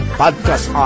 podcast